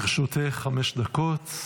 גם לרשותך חמש דקות.